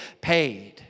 paid